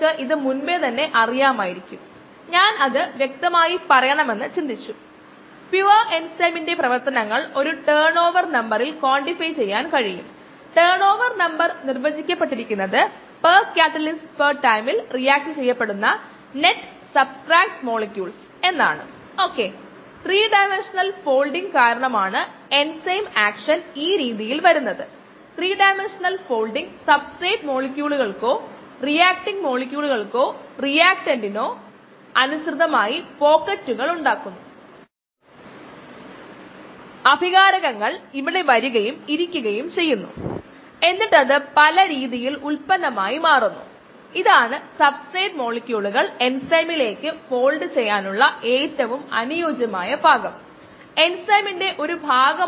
ഇപ്പോൾ നമ്മൾ ഡാറ്റ നോക്കുകയാണെങ്കിൽനമ്മൾ ഡാറ്റ പരിശോധിക്കുകയാണെങ്കിൽ അത് നമ്മുടെ V m മാറില്ല പക്ഷേ K m മാറുന്നു